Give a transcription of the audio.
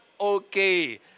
okay